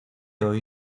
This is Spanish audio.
hoy